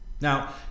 Now